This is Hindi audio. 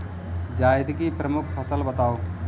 जायद की प्रमुख फसल बताओ